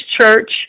church